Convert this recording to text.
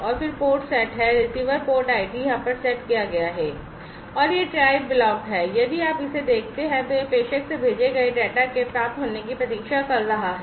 और फिर port set है रिसीवर पोर्ट आईडी यहाँ पर सेट किया गया है और यह try ब्लॉक है यदि आप इसे देखते हैं तो यह प्रेषक से भेजे गए डेटा के प्राप्त होने की प्रतीक्षा कर रहा है